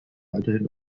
weiterhin